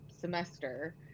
semester